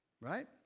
Right